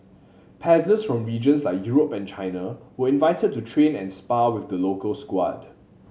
paddlers from regions like Europe and China were invited to train and spar with the local squad